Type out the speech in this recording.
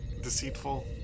deceitful